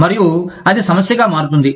మరియు అది సమస్యగా మారుతుంది